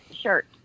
shirt